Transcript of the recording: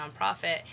nonprofit